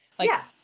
Yes